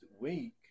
week